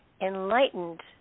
enlightened